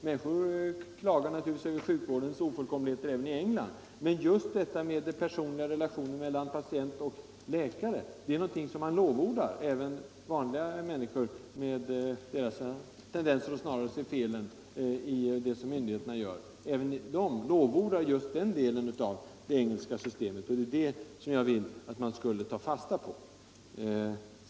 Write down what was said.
Människor klagar naturligtvis över sjukvårdens ofullkomligheter även i England, men just detta med de personliga relationerna mellan patient och läkare lovordar man. Det vill jag att vi skall ta fasta på.